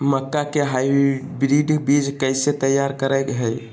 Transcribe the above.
मक्का के हाइब्रिड बीज कैसे तैयार करय हैय?